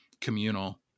communal